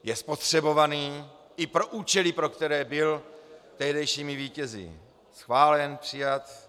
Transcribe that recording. Je vyčpělý, je spotřebovaný i pro účely, pro které byl tehdejšími vítězi schválen, přijat.